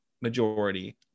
majority